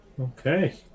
Okay